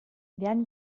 werden